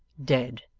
dead!